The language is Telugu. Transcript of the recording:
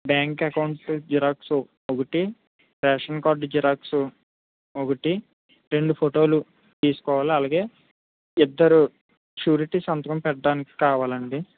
బ్యాంక్ అకౌంట్ జిరాక్స్ ఒకటి రేషన్ కార్డ్ జిరాక్స్ ఒకటి రెండు ఫోటోలు తీసుకోవాలి అలాగే ఇద్దరు ష్యూరిటీ సంతకం పెట్టడానికి కావాలి అండి